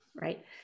right